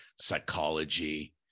psychology